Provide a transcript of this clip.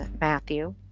Matthew